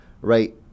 right